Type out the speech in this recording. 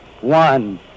one